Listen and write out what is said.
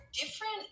different